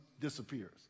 disappears